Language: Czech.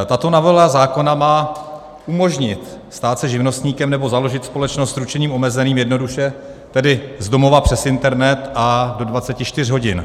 Tato novela zákona má umožnit stát se živnostníkem nebo založit společnost s ručením omezeným jednoduše, tedy z domova přes internet a do 24 hodin.